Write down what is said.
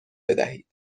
بدهید